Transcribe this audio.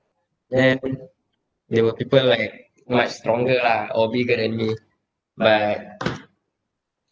then there were people like much stronger lah or bigger than me but